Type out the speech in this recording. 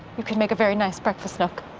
you could make a very nice breakfast nook.